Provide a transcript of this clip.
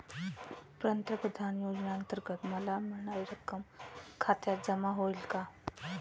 प्रधानमंत्री योजनेअंतर्गत मला मिळणारी रक्कम खात्यात जमा होईल का?